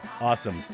awesome